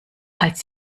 als